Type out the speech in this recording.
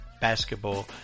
basketball